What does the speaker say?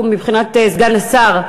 מבחינת סגן השר,